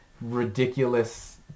ridiculous